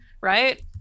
right